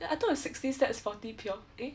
eh I thought it's sixty stats forty pure eh